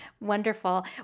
Wonderful